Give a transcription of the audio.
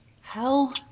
Hell